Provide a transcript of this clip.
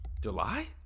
July